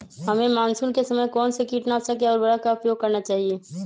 हमें मानसून के समय कौन से किटनाशक या उर्वरक का उपयोग करना चाहिए?